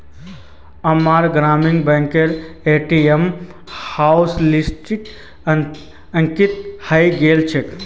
अम्मार ग्रामीण बैंकेर ए.टी.एम हॉटलिस्टत अंकित हइ गेल छेक